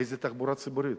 איזה תחבורה ציבורית?